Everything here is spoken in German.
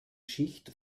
schicht